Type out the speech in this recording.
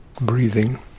breathing